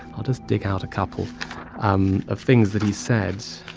i'll just dig out a couple um of things that he said